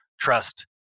trust